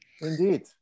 Indeed